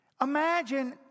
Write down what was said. Imagine